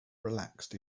relaxed